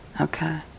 Okay